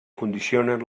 condicionen